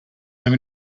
have